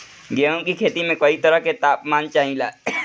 गेहू की खेती में कयी तरह के ताप मान चाहे ला